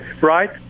right